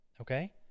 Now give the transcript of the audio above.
Okay